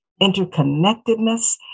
interconnectedness